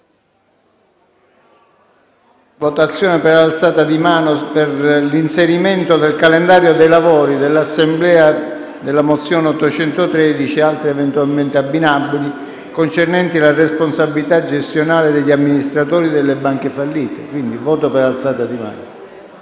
vota per alzata di mano?